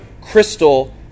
crystal